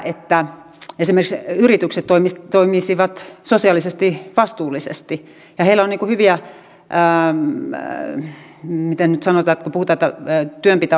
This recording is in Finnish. ehkä tuolloin olisi voitu tehdä jotain toisin varsinkin kun ensimmäiset euroalueen maat olivat jo ajautuneet erittäin vaikeaan talouskriisiin